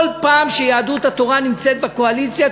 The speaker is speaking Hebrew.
כל פעם שיהדות התורה נמצאת בקואליציה,